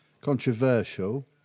controversial